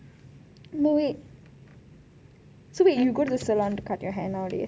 but wait so wait you go to the salon to cut your hair nowadays